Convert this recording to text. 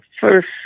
first